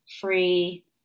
free